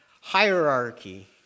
hierarchy